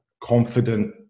Confident